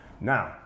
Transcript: Now